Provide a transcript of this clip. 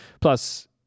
plus